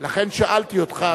לכן שאלתי אותך.